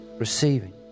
Receiving